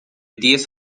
diez